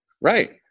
Right